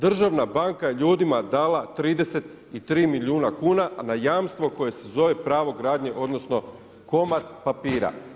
Državna banka ljudima dale 33 milijuna kuna, a na jamstvo koje se zove pravo gradnje, odnosno komad papira.